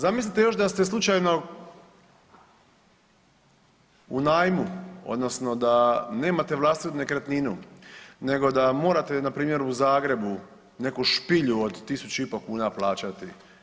Zamislite još da ste slučajno u najmu odnosno da nemate vlastitu nekretninu nego da morate npr. u Zagrebu neku špilju od 1.500 kuna plaćati.